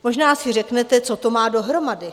Možná si řeknete, co to má dohromady?